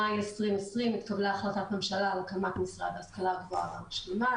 במאי 2020 התקבלה החלטת ממשלה על הקמת המשרד להשכלה גבוהה ומשלימה.